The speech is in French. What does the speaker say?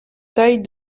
taille